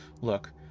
Look